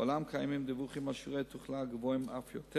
בעולם קיימים דיווחים על שיעורי תחלואה גבוהים אף יותר.